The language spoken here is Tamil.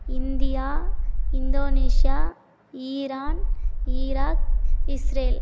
India Indonesia Iran Iraq Israel